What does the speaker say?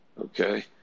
Okay